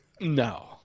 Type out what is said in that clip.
No